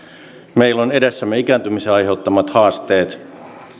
meillä on edessämme ikääntymisen aiheuttamat haasteet